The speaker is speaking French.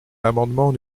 l’amendement